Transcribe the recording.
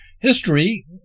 History